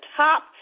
top